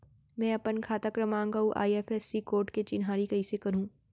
मैं अपन खाता क्रमाँक अऊ आई.एफ.एस.सी कोड के चिन्हारी कइसे करहूँ?